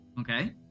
Okay